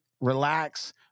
relax